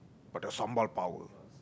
but the sambal power